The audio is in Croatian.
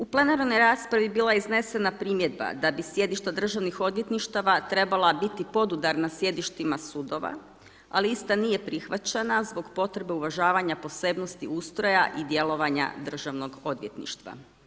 U plenarnoj raspravi bila je iznesena primjedba da bi sjedišta Državnih odvjetništava trebala biti podudarna sjedištima sudova ali ista nije prihvaćena zbog potrebe uvažavanja posebnosti ustroja i djelovanja Državnog odvjetništva.